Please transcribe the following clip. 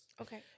Okay